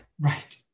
Right